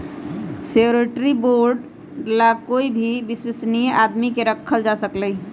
surety bond ला कोई भी विश्वस्नीय आदमी के रखल जा सकलई ह